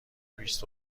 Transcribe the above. بیست